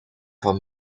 van